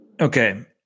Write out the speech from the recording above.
Okay